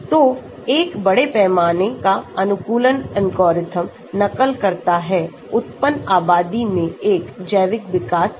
तो एक बड़े पैमाने का अनुकूलन एल्गोरिथ्म नकल करता है उत्पन्न आबादी में एक जैविक विकास की